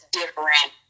different